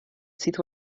sydd